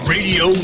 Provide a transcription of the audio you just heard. Radio